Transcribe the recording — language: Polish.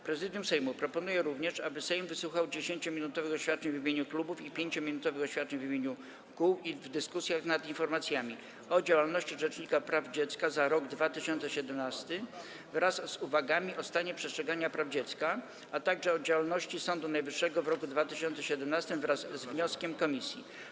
Prezydium Sejmu proponuje również, aby Sejm wysłuchał 10-minutowych oświadczeń w imieniu klubów i 5-minutowych oświadczeń w imieniu kół w dyskusjach nad informacjami: - o działalności rzecznika praw dziecka za rok 2017 wraz z uwagami o stanie przestrzegania praw dziecka, - o działalności Sądu Najwyższego w roku 2017 wraz ze stanowiskiem komisji.